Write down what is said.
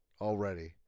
already